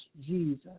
Jesus